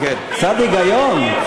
קצת היגיון.